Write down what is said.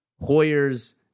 Hoyer's